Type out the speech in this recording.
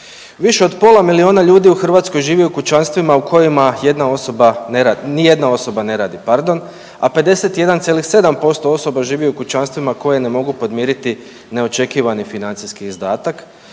više od pola milijuna ljudi u Hrvatskoj živi u kućanstvima u kojima nijedna osoba ne radi, a 51,7% osoba živi u kućanstvima koje ne mogu podmiriti neočekivani financijski izdatak,